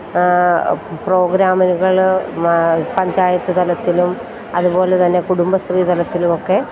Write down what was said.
പ്രോഗ്രാമിനുകൾ പഞ്ചായത്ത് തലത്തിലും അതുപോലെത്തന്നെ കുടുംബശ്രീ തലത്തിലും ഒക്കെ